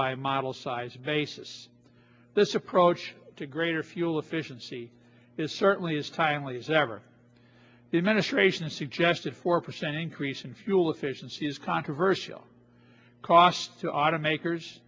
by model size basis this approach to greater fuel efficiency is certainly is timely as ever the administration suggested four percent increase in fuel efficiency is controversial cost to automakers